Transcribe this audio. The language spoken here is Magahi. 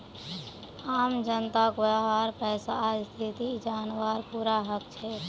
आम जनताक वहार पैसार स्थिति जनवार पूरा हक छेक